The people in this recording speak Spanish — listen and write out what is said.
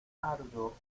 arduo